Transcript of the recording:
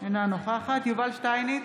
אינה נוכחת יובל שטייניץ,